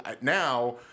now